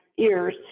ears